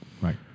right